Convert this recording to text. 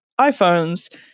iPhones